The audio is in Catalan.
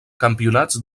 campionats